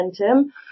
momentum